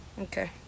Okay